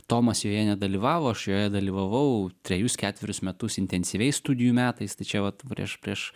tomas joje nedalyvavo aš joje dalyvavau trejus ketverius metus intensyviai studijų metais tai čia vat prieš prieš